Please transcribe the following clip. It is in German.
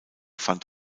fand